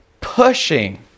pushing